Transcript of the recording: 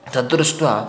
तद् दृष्ट्वा